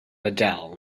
adele